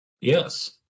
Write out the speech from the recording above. Yes